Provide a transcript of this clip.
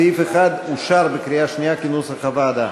סעיף 1 אושר בקריאה שנייה כנוסח הוועדה.